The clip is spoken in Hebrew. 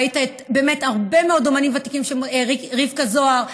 ראית, באמת, הרבה מאוד אומנים ותיקים, רבקה זוהר.